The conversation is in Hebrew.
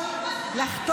הממשלה?